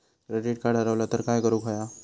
Credit card हरवला तर काय करुक होया?